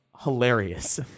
hilarious